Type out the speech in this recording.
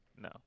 No